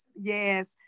yes